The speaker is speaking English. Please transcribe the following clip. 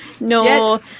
No